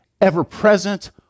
ever-present